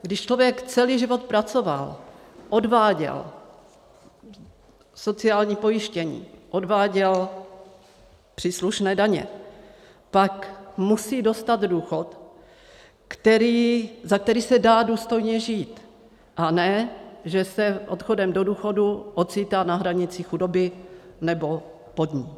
Když člověk celý život pracoval, odváděl sociální pojištění, odváděl příslušné daně, pak musí dostat důchod, za který se dá důstojně žít, a ne že se odchodem do důchodu ocitá na hranici chudoby nebo pod ní.